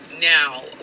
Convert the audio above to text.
now